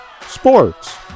sports